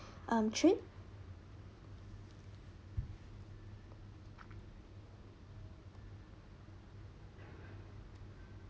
um trip